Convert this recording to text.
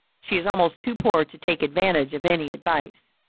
she is almost too poor to take advantage of any advice.